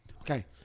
Okay